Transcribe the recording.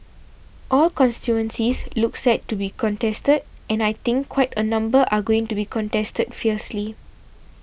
all constituencies look set to be contested and I think quite a number are going to be contested fiercely